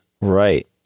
Right